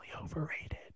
overrated